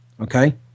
okay